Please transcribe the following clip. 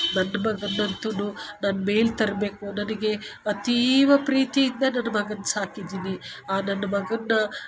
ನನ್ನ ಮಗನ್ನ ಅಂತ ನಾನು ಮೇಲೆ ತರಬೇಕು ನನಗೆ ಅತೀವ ಪ್ರೀತಿಯಿಂದ ನನ್ನ ಮಗನ್ ಸಾಕಿದ್ದೀನಿ ಆ ನನ್ನ ಮಗನ್ನ